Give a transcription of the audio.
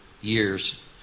years